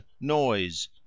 noise